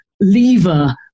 lever